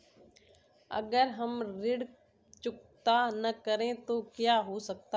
अगर हम ऋण चुकता न करें तो क्या हो सकता है?